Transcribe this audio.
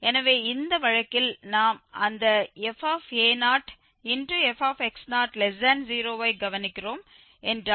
எனவே இந்த வழக்கில் நாம் அந்த fafx0 வை கவனிக்கிறோம் என்றால் ரூட் 0 முதல் 0